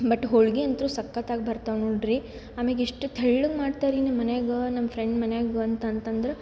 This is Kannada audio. ಬಟ್ ಹೋಳ್ಗೆ ಅಂತು ಸಕತ್ತಾಗಿ ಬರ್ತವೆ ನೋಡ್ರಿ ಆಮೇಲೆ ಎಷ್ಟು ತೆಳ್ಳಗೆ ಮಾಡ್ತಾರ ರೀ ನಿಮ್ಮ ಮನೆಯಾಗ ನಮ್ಮ ಫ್ರೆಂಡ್ ಮನೆಯಾಗು ಅಂತಂತಂದ್ರೆ